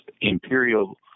imperial